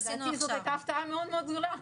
לדעתי זאת הייתה הפתעה מאוד מאוד גדולה.